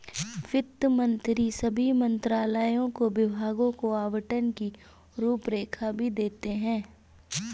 वित्त मंत्री सभी मंत्रालयों और विभागों को आवंटन की रूपरेखा भी देते हैं